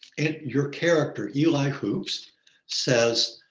and your character, eli hoops says,